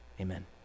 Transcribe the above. amen